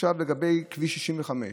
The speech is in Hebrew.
עכשיו לגבי כביש 65,